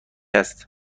است